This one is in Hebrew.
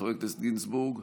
חבר הכנסת גינזבורג.